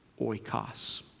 oikos